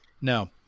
no